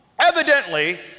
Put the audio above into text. Evidently